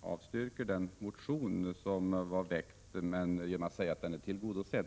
avstyrker den motion som har väckts genom att säga att den är tillgodosedd.